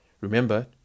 Remember